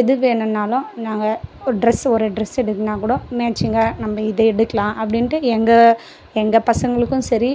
எது வேணுன்னாலும் நாங்கள் ஒரு ட்ரெஸ்ஸு ஒரு ட்ரெஸ்ஸு எடுக்கனா கூடும் மேட்சிங்காக நம்ப இதை எடுக்கலாம் அப்படின்ட்டு எங்கள் எங்கள் பசங்களுக்கும் சரி